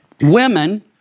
women